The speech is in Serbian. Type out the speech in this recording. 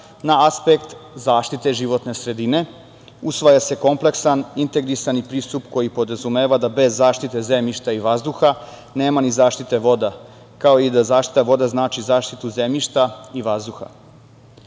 na aspekt zaštite životne sredine, usvaja se kompleksan integrisani pristup koji podrazumeva da bez zaštite zemljišta i vazduha nema ni zaštite voda, kao i da zaštita voda znači zaštitu zemljišta i vazduha.